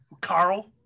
Carl